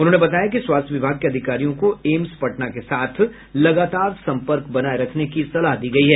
उन्होंने बताया कि स्वास्थ्य विभाग के अधिकारियों को एम्स पटना के साथ लगातार संपर्क बनाये रखने की सलाह दी गयी है